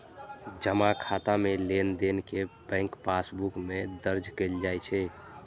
जमा खाता मे लेनदेन कें बैंक पासबुक मे दर्ज कैल जाइ छै